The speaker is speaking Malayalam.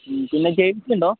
പിന്നെ ജേഴ്സിയുണ്ടൊ